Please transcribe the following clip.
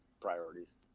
priorities